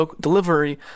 delivery